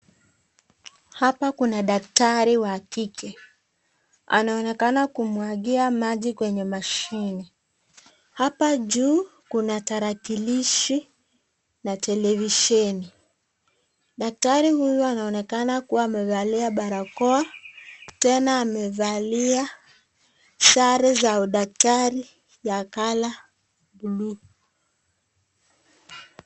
Hapa kuna daktari wa kike anaonekana kumwagia maji kwenye mashine hapa juu kuna tarakilishi na televisheni. Dakatari huyu anaonekana kuwa amevalia barakoa tena amevalia sare za daktari ya (cs)color(cs) buluu.